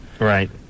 Right